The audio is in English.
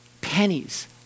pennies